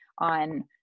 on